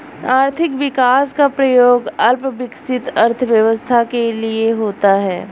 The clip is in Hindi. आर्थिक विकास का प्रयोग अल्प विकसित अर्थव्यवस्था के लिए होता है